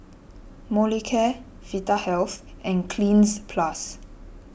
Molicare Vitahealth and Cleanz Plus